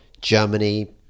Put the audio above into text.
Germany